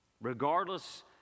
regardless